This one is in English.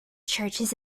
churches